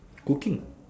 cooking